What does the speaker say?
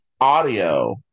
audio